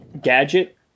gadget